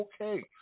okay